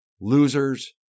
losers